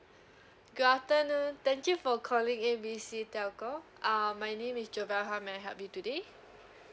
good afternoon thank you for calling A B C telco uh my name is jervel how may I help you today